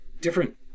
different